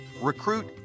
recruit